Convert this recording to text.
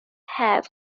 have